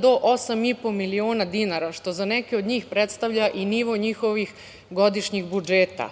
do 8,5 miliona dinara, što za neke od njih predstavlja i nivo njihovih godišnjih budžeta.